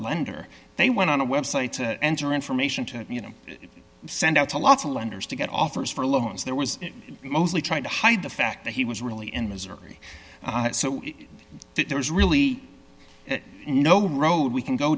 lender they went on a website to enter information to send out to lots of lenders to get offers for loans there was mostly trying to hide the fact that he was really in missouri so there's really no road we can go